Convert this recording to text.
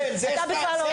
כן, כן זה הבטחתם.